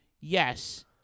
Yes